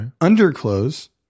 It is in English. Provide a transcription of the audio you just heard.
Underclothes